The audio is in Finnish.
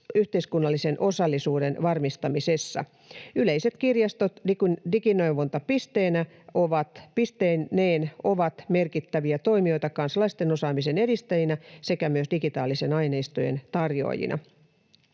yhteiskunnallisen osallisuuden varmistamisessa. Yleiset kirjastot digineuvontapisteineen ovat merkittäviä toimijoita kansalaisten osaamisen edistäjinä sekä myös digitaalisten aineistojen tarjoajina.